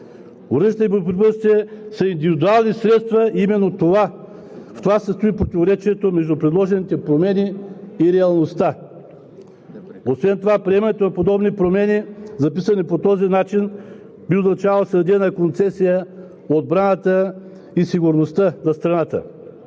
Оръжията и боеприпасите са индивидуални средства и именно в това се състои противоречието между предложените промени и реалността. Освен това приемането на подобни промени, записани по този начин, би означавало да се даде на концесия отбраната и сигурността на страната.